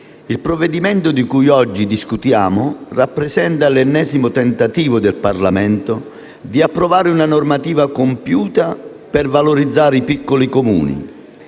il provvedimento di cui oggi discutiamo rappresenta l'ennesimo tentativo del Parlamento di approvare una normativa compiuta per valorizzare i piccoli Comuni.